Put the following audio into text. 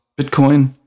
Bitcoin